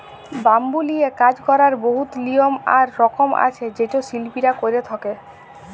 bamboo লিয়ে কাজ ক্যরার বহুত লিয়ম আর রকম আছে যেট শিল্পীরা ক্যরে থ্যকে